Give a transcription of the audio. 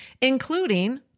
including